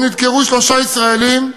שנדקרו בו שלושה ישראלים,